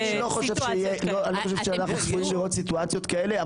אני לא חושב שאנחנו צפויים לראות סיטואציות כאלה,